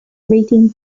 grating